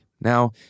Now